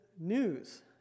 news